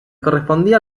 correspondía